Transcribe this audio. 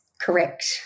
correct